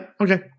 okay